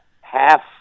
half-